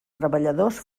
treballadors